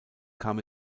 kam